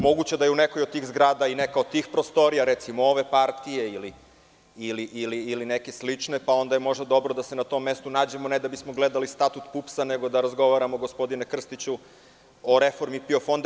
Moguće da je u nekoj od tih zgrada i neka od tih prostorija ove partije ili neke slične, pa je možda dobro da se na tom mestu nađemo, ne da bismo gledali statut PUPS, nego da razgovaramo, gospodine Krstiću, o reformi PIO fonda.